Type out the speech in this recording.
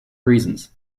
reasons